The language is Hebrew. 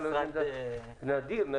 לא הצלחתם להגיע להידברות לפני כן?